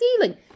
ceiling